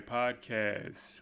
podcast